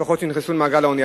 במשפחות שנכנסו למעגל העוני.